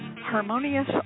Harmonious